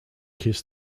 kiss